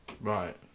right